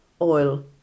oil